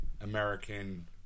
American